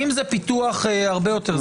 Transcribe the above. אם פיתוח הרבה יותר.